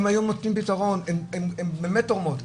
הן היו נותנים פתרון, הן באמת תורמות.